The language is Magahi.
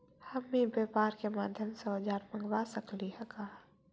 हम ई व्यापार के माध्यम से औजर मँगवा सकली हे का?